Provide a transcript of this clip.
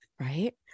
Right